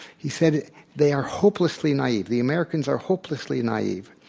he said they are hopelessly naive. the americans are hopelessly naive.